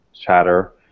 chatter